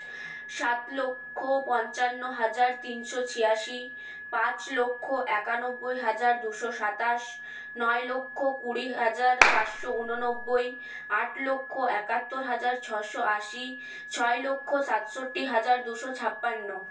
সাত লক্ষ পঞ্চান্ন হাজার তিনশো ছিয়াশি পাঁচ লক্ষ একানব্বই হাজার দুশো সাতাশ নয় লক্ষ কুড়ি হাজার পাঁচশো ঊননব্বই আট লক্ষ একাত্তর হাজার ছশো আশি ছয় লক্ষ সাতষট্টি হাজার দুশো ছাপ্পান্ন